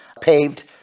paved